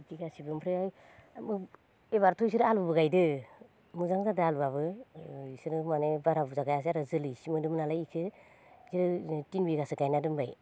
बिदि गासिबो ओमफ्राय एबारथ' बिसोर आलुबो गायदो मोजां जादो आलुआबो ओ बिसोरो माने बारा बुरजा गायासै आरो जोलै इसे मोनदोंमोन नालाय इखो तिन बिगासो गायना दोनबाय